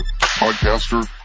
podcaster